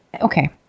okay